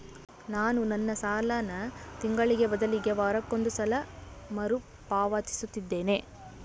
ನಾನು ನನ್ನ ಸಾಲನ ತಿಂಗಳಿಗೆ ಬದಲಿಗೆ ವಾರಕ್ಕೊಂದು ಸಲ ಮರುಪಾವತಿಸುತ್ತಿದ್ದೇನೆ